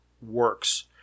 works